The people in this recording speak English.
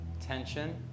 tension